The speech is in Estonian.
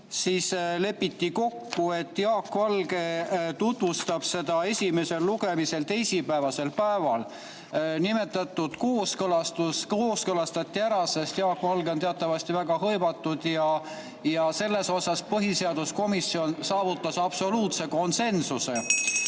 siis lepiti kokku, et Jaak Valge tutvustab seda esimesel lugemisel teisipäevasel päeval. Nimetatud otsus kooskõlastati ära, sest Jaak Valge on teatavasti väga hõivatud ja selles osas põhiseaduskomisjon saavutas absoluutse konsensuse.